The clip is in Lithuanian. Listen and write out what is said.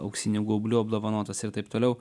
auksiniu gaubliu apdovanotas ir taip toliau